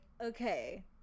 okay